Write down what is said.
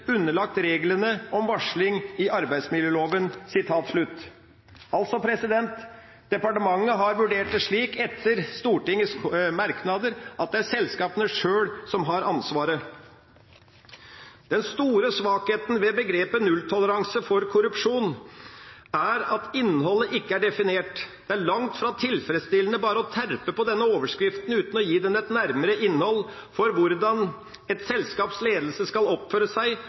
underlagt reglene om varsling i arbeidsmiljøloven.» Departementet har altså vurdert det slik, etter Stortingets merknader, at det er selskapene sjøl som har ansvaret. Den store svakheten ved begrepet «nulltoleranse for korrupsjon» er at innholdet ikke er definert. Det er langt fra tilfredsstillende bare å terpe på denne overskriften uten å gi den et nærmere innhold for hvordan et selskaps ledelse skal oppføre seg